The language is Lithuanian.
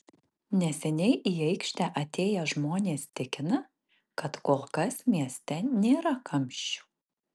neseniai į aikštę atėję žmonės tikina kad kol kas mieste nėra kamščių